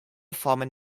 formen